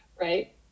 right